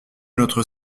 notre